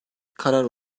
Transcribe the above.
karar